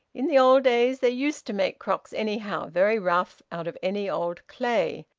in the old days they used to make crocks anyhow, very rough, out of any old clay.